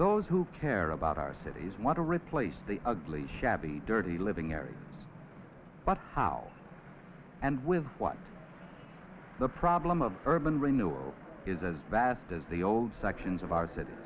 those who care about our cities want to replace the ugly shabby dirty living areas but how and with what the problem of urban renewal is as vast as the old sections of our city